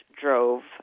drove